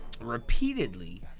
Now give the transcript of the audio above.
repeatedly